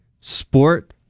sport